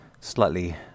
slightly